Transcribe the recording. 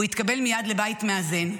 הוא התקבל מייד לבית מאזן,